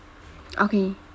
okay